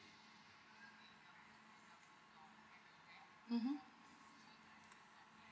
mmhmm